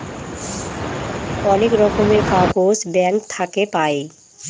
অনেক রকমের কাগজ ব্যাঙ্ক থাকে পাই